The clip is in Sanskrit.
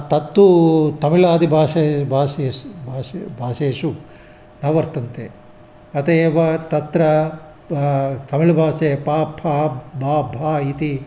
तत्तू तमिलादिभाषा भाषासु भाषा भाषासु न वर्तन्ते अत एव तत्र तमिल्भाषा प फ ब भ इति